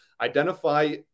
identify